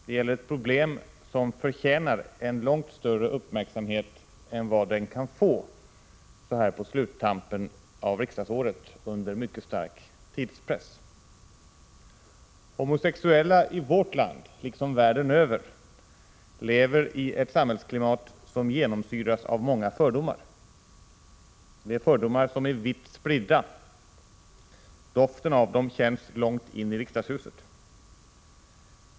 Den gäller ett problem som förtjänar en långt större uppmärksamhet än vad det kan få så här på sluttampen av riksdagsåret under mycket stark tidspress. Homosexuella i vårt land — liksom världen över — lever i ett samhällsklimat som genomsyras av många fördomar. Dessa fördomar är vitt spridda; doften av den känns långt in i riksdagshuset.